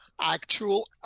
actual